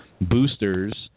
boosters